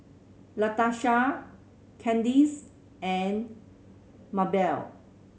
Latarsha Candis and Mabell